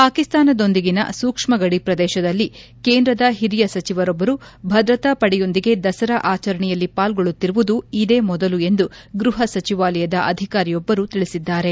ಪಾಕಿಸ್ತಾನದೊಂದಿಗಿನ ಸೂಕ್ಷ್ಮಗಡಿ ಪ್ರದೇಶದಲ್ಲಿ ಕೇಂದ್ರದ ಹಿರಿಯ ಸಚಿವರೊಬ್ಬರು ಭದ್ರತಾ ಪಡೆಯೊಂದಿಗೆ ದಸರಾ ಆಚರಣೆಯಲ್ಲಿ ಪಾಲ್ಗೊಳ್ಟುತ್ತಿರುವುದು ಇದೇ ಮೊದಲು ಎಂದು ಗ್ಬಹ ಸಚಿವಾಲಯದ ಅಧಿಕಾರಿಯೊಬ್ಲರು ತಿಳಿಸಿದ್ದಾರೆ